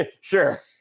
sure